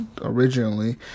originally